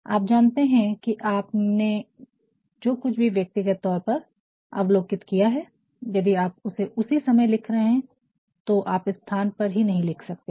आप जानते हैं कि आपने जो कुछ भी व्यक्तिगत तौर पर अवलोकित किया है यदि आप उसे उसी समय लिख रहे होते हैं तो आप स्थान पर ही नहीं लिख सकते हैं